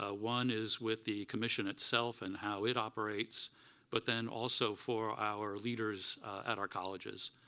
ah one is with the commission itself and how it operates but then also for our leaders at our colleges.